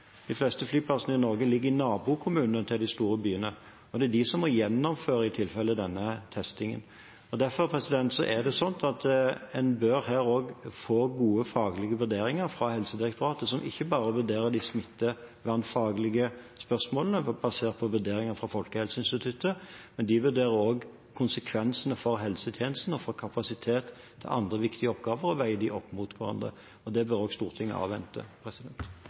De fleste flyplassene i Norge ligger i nabokommunene til de store byene, og det er de som i tilfelle må gjennomføre denne testingen. Derfor bør en her også få gode faglige vurderinger fra Helsedirektoratet, der de ikke bare vurderer de smittevernfaglige spørsmålene basert på vurderinger fra Folkehelseinstituttet, men også vurderer konsekvensene for helsetjenesten og for kapasiteten til andre viktige oppgaver og veier dem opp mot hverandre. Det bør også Stortinget avvente.